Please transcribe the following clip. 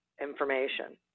information